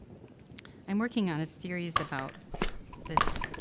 i'm working on a series about this.